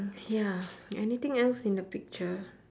ya anything else in the picture